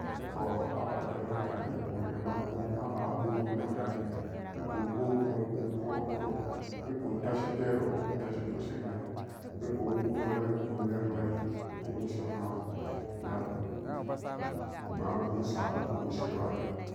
To ama-gerana kageen woriga magamaba gokuna kageen ekun gokuro ekun kwanga kuro ekun tashi pero entashi dugshiriga ekun wuguro ran ekun meriraran nyam ekun woshirona na na bugusa ekun woshiro ada.